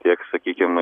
tiek sakykim